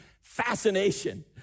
fascination